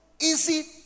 easy